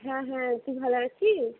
হ্যাঁ হ্যাঁ তুই ভালো আছিস